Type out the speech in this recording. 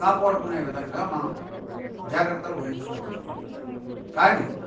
కాపాడుకునే విధంగా మనం జాగ్రత్తలు వహించడం జరిగింది కానీ